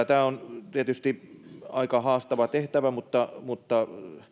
tämä on tietysti aika haastava tehtävä mutta mutta